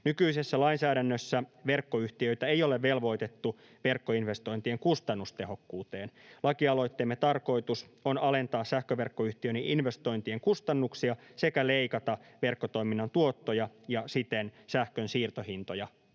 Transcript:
Nykyisessä lainsäädännössä verkkoyhtiöitä ei ole velvoitettu verkkoinvestointien kustannustehokkuuteen. Lakialoitteemme tarkoitus on alentaa sähköverkkoyhtiön investointien kustannuksia sekä leikata verkkotoiminnan tuottoja ja siten sähkön siirtohintoja